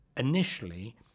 initially